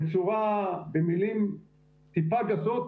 במילים טיפה גסות,